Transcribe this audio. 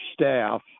staff